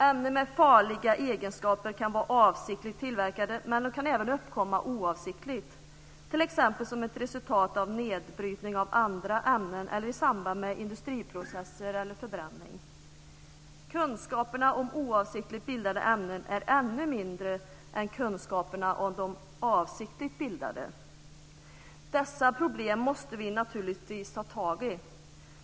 Ämnen med farliga egenskaper kan vara avsiktligt tillverkade, men de kan även uppkomma oavsiktligt, t.ex. som ett resultat av nedbrytning av andra ämnen eller i samband med industriprocesser eller förbränning. Kunskaperna om oavsiktligt bildade ämnen är ännu mindre än kunskaperna om de avsiktligt bildade. Dessa problem måste vi naturligtvis ta tag i.